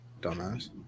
dumbass